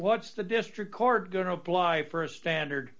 what's the district court going to apply for a standard